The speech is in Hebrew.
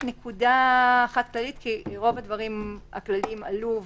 רוב הדברים הכלליים עלו,